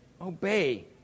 obey